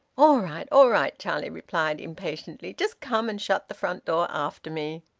all right! all right! charlie replied impatiently. just come and shut the front door after me.